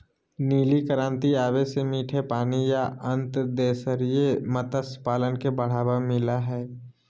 नीली क्रांति आवे से मीठे पानी या अंतर्देशीय मत्स्य पालन के बढ़ावा मिल लय हय